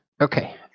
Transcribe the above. Okay